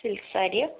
silk സാരിയോ